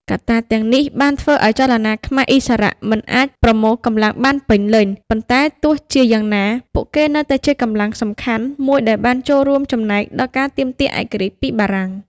កត្តាទាំងនេះបានធ្វើឱ្យចលនាខ្មែរឥស្សរៈមិនអាចប្រមូលកម្លាំងបានពេញលេញ ប៉ុន្តែទោះជាយ៉ាងណា ពួកគេនៅតែជាកម្លាំងសំខាន់មួយដែលបានរួមចំណែកដល់ការទាមទារឯករាជ្យពីបារាំង។